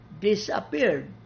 disappeared